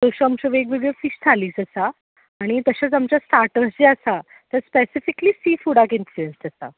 अश्यो आमच्यो वेग वेगळ्यो फीश थालीज आसा आनी तशेंच आमचे स्टाटज जे आसा ते स्पॅसिफिक्ली सी फूडाक इन्फ्लुयँस्ड आसा